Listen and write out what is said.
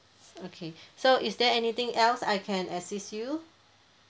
okay so is there anything else I can assist you